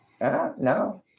No